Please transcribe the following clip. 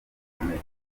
gakomeye